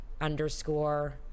underscore